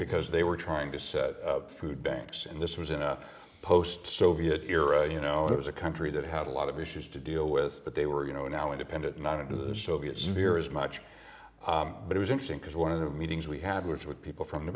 because they were trying to set up food banks and this was in a post soviet era you know it was a country that had a lot of issues to deal with but they were you know now independent not into the soviet sphere as much but it was interesting because one of the meetings we had was with people from the